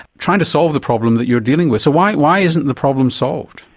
trying to solve the problem that you're dealing with. so why why isn't the problem solved?